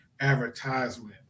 advertisement